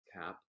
cap